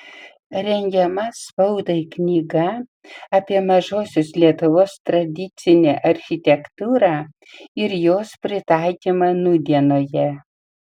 rengiama spaudai knyga apie mažosios lietuvos tradicinę architektūrą ir jos pritaikymą nūdienoje